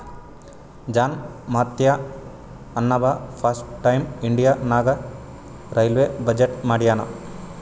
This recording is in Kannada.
ಜಾನ್ ಮಥೈ ಅಂನವಾ ಫಸ್ಟ್ ಟೈಮ್ ಇಂಡಿಯಾ ನಾಗ್ ರೈಲ್ವೇ ಬಜೆಟ್ ಮಾಡ್ಯಾನ್